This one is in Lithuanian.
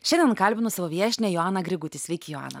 šiandien kalbinu savo viešnią joaną grigutis sveiki joana